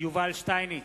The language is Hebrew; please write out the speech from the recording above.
יובל שטייניץ,